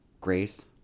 Grace